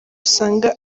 usanga